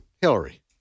Hillary